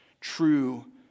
true